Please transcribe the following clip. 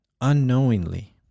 Unknowingly